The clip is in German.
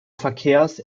verkehrs